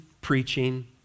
preaching